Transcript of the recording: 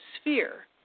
sphere